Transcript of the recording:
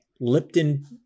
Lipton